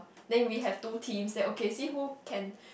then we have two team say okay see who can